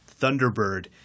Thunderbird